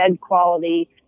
quality